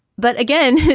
but again,